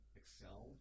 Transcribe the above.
excel